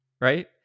Right